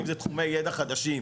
אם זה תחומי ידע חדשים,